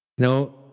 No